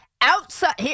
outside